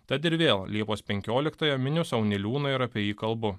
tad ir vėl liepos penkioliktąją miniu sau niliūną ir apie jį kalbu